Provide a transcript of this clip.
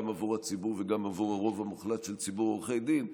גם עבור הציבור וגם עבור הרוב המוחלט של ציבור עורכי הדין.